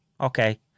okay